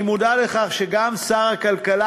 אני מודע לכך שגם שר הכלכלה,